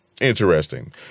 Interesting